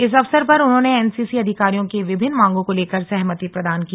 इस अवसर पर उन्होंने एनसीसी अधिकारियों की विभिन्न मांगों को लेकर सहमति प्रदान की